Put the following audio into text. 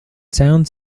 sound